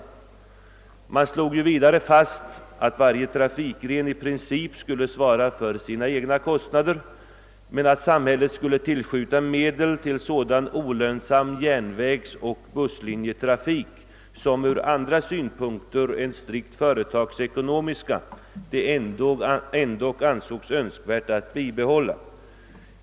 Vidare slogs fast att varje trafikgren i princip skulle svara för sina egna kostnader, men att samhället skulle tillskjuta medel till sådan olönsam järnvägsoch busslinjetrafik, som det från andra synpunkter än strikt företagsekonomiska ansågs önskvärt att bibehålla.